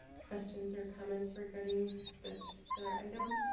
questions or comments regarding this particular item